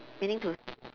meaning to